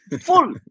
full